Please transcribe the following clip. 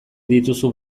dituzu